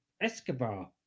Escobar